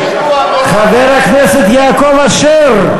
חבר הכנסת יעקב אשר,